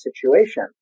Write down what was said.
situation